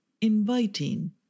inviting